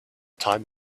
time